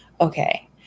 Okay